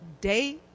day